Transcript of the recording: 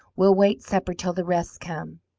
we'll wait supper till the rest come.